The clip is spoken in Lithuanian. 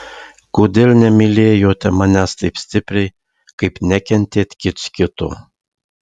kodėl nemylėjote manęs taip stipriai kaip nekentėt kits kito